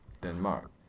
Denmark